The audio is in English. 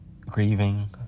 grieving